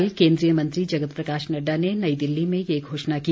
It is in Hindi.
कल केंद्रीय मंत्री जगत प्रकाश नड़डा ने नई दिल्ली में ये घोषणा की